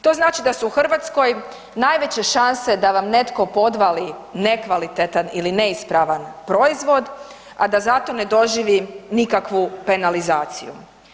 To znači da su u Hrvatskoj najveće šanse da vam netko podvali nekvalitetan ili neispravan proizvod, a da za to ne doživi nikakvu penalizaciju.